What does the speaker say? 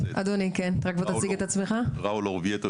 מכיוון שאנחנו נכנסים למקום חדש ולפינה מורכבת אני